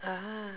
ah